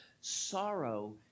sorrow